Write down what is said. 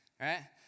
right